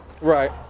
right